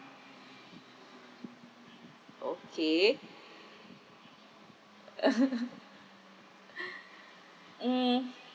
okay mm